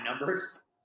numbers